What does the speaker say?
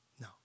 No